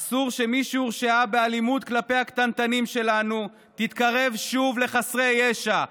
אסור שמי שהורשעה באלימות כלפי הקטנטנים שלנו תתקרב שוב לחסרי ישע.